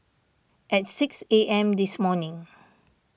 at six A M this morning